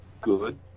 good